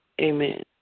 amen